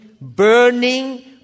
burning